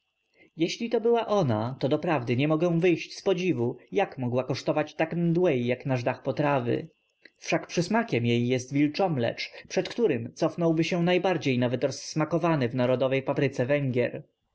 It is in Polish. jeśli to była ona to doprawdy nie mogę wyjść z podziwu jak mogła kosztować tak mdłej jak nasz dach potrawy wszak przysmakiem jej jest wilczomlecz przed którym cofnąłby się najbardziej nawet rozsmakowany w narodowej papryce węgier